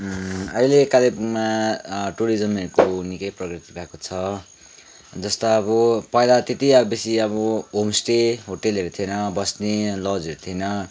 अहिले कालेबुङमा टुरिज्महरूको निकै प्रगति भएको छ जस्तो अब पहिला त्यति बेसी अब होमस्टे होटलहरू थिएन बस्ने लजहरू थिएन